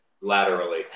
laterally